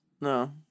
No